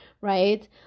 right